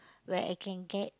where I can get